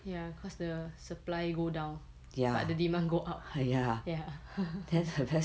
ya cause the supply go down but the demand go up ya